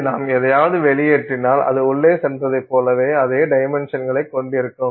இங்கே நாம் எதையாவது வெளியேற்றினால் அது உள்ளே சென்றதைப் போலவே அதே டைமென்ஷன்களைக் கொண்டிருக்கும்